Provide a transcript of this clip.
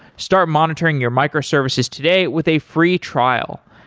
start monitoring your microservices today with a free trial.